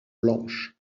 blanche